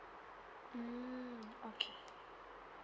mm okay